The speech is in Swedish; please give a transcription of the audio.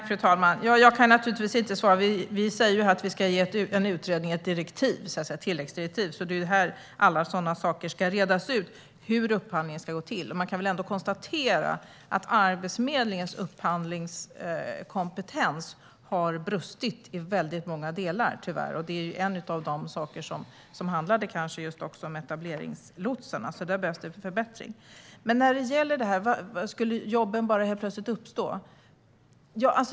Fru talman! Jag kan naturligtvis inte svara på detta. Vi säger att vi ska ge en utredning ett direktiv, ett tilläggsdirektiv. Det är här alla sådana saker ska redas ut - hur ska upphandlingen gå till? Man kan väl ändå konstatera att Arbetsförmedlingens upphandlingskompetens tyvärr har brustit i väldigt många delar. En av sakerna handlade kanske just om etableringslotsarna. Där behövs det en förbättring. Skulle jobben bara helt plötsligt uppstå?